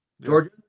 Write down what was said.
Georgia